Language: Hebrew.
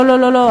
לא, לא, לא.